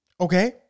Okay